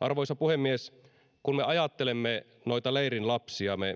arvoisa puhemies kun me ajattelemme noita leirin lapsia me